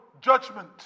judgment